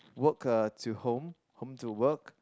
work uh to home home to work